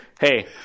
hey